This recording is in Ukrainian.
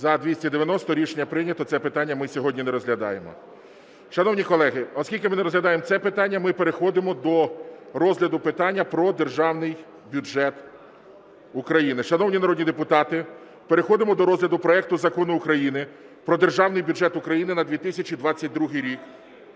За-290 Рішення прийнято. Це питання ми сьогодні не розглядаємо. Шановні колеги, оскільки ми не розглядаємо це питання, ми переходимо до розгляду питання про Державний бюджет України. Шановні народні депутати, переходимо до розгляду проекту Закону України про Державний бюджет України на 2022 рік.